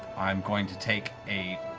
i'm going to take a